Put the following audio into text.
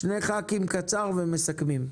שני חברי כנסת ידברו בקצרה ואז נסכם.